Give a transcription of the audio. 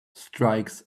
strikes